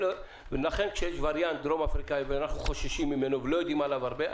לכן כשיש וריאנט דרום אפריקאי ואנחנו חוששים ממנו ולא יודעים עליו הרבה,